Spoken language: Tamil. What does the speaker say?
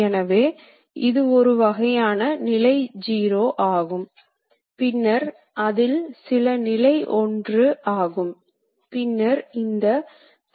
எனவே மீண்டும் கருவிகளை மாற்றுவதன் மூலம் நீங்கள் நிறைய நேரத்தை இழப்பீர்கள்